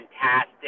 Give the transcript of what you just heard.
fantastic